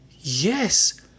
yes